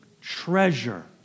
treasure